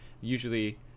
Usually